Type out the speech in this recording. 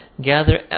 gather